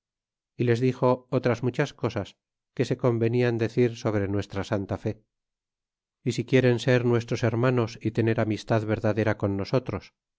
y les dijo otras muchas cosas que se convenian decir sobre nuestra santa fe y si quieren ser nuestros hermanos y tener amistad verdadera con nosotros